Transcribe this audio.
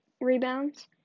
rebounds